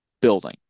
building